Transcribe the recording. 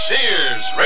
Sears